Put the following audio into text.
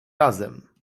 razem